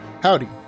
Howdy